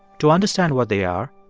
to understand what they are,